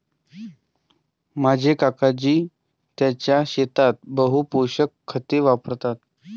माझे काकाजी त्यांच्या शेतात बहु पोषक खते वापरतात